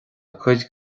cuid